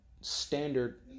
standard